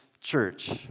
church